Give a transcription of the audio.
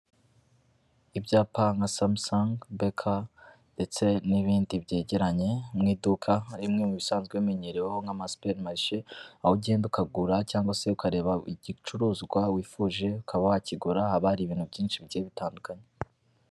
Ibyapa nka samusanga beka ndetse n'ibindi byegeranye mu iduka rimwe mu bisanzwe bimenyereweho nk'amasuperi marishe, aho ugenda ukagura cyangwa se ukareba igicuruzwa wifuje ukaba wakigura haba hari ibintu byinshi bigiye bitandukanye.